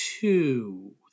two